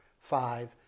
five